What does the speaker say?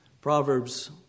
Proverbs